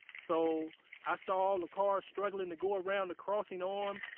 so i saw all the cars struggling to go around the crossing arm.